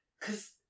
cause